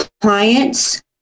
clients